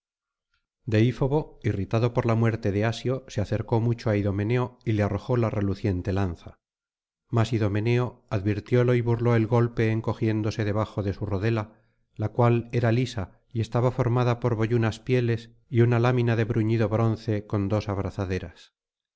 deífobo irritado por la muerte de asió se acercó mucho á idomeneo y le arrojó la reluciente lanza mas idomeneo advirtiólo y burló el golpe encogiéndose debajo dé su rodela la cual era lisa y estaba formada por boyunas pieles y una lámina de bruñido bronce con dos abrazaderas